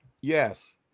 yes